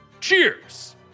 Cheers